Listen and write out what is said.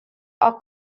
ach